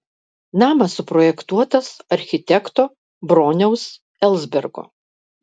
namas suprojektuotas architekto broniaus elsbergo